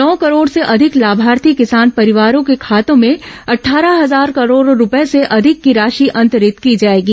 नौ करोड़ से अधिक लाभार्थी किसान परिवारों के खातों में अट्ठारह हजार करोड़ रुपये से अधिक की राशि अंतरित की जाएगी